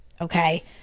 okay